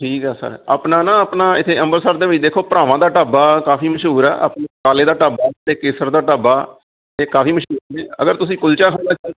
ਠੀਕ ਹੈ ਸਰ ਆਪਣਾ ਨਾ ਆਪਣਾ ਇੱਥੇ ਅੰਮ੍ਰਿਤਸਰ ਦੇ ਵਿੱਚ ਦੇਖੋ ਭਰਾਵਾਂ ਦਾ ਢਾਬਾ ਕਾਫੀ ਮਸ਼ਹੂਰ ਹੈ ਆਪਣਾ ਪਾਲੇ ਦਾ ਢਾਬਾ ਅਤੇ ਕੇਸਰ ਦਾ ਢਾਬਾ ਇਹ ਕਾਫੀ ਮਸ਼ਹੂਰ ਨੇ ਅਗਰ ਤੁਸੀਂ ਕੁਲਚਾ ਖਾਣਾ